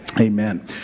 Amen